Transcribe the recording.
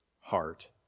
heart